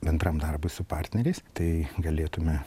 bendram darbui su partneriais tai galėtume